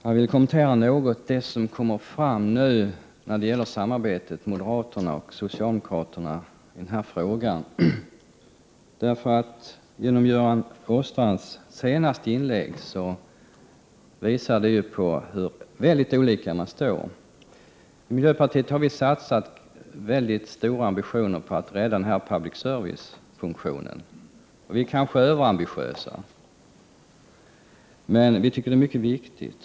Herr talman! Jag vill något kommentera sambandet mellan moderaterna och socialdemokraterna i denna fråga. Göran Åstrands senaste inlägg visar hur olika partierna står. I miljöpartiet har vi satsat stora anslag på att rädda public servicefunktionen. Vi kanske är överambitiösa, men vi tycker det är mycket viktigt.